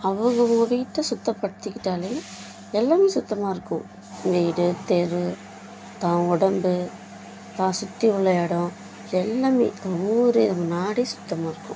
அவங்கவங்க வீட்டை சுத்தப்படுத்திக்கிட்டாலே எல்லாமே சுத்தமாகருக்கும் வீடு தெரு தான் உடம்பு தான் சுற்றி உள்ள எடம் எல்லாமே ஒவ்வொரு நாடே சுத்தமாக இருக்கும்